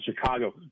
Chicago